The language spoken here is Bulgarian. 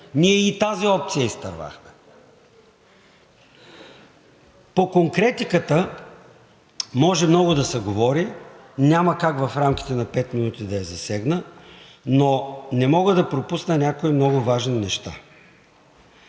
Ние и тази опция изтървахме. По конкретиката може много да се говори, няма как в рамките на пет минути да я засегна, но не мога да пропусна някои много важни неща.